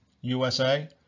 USA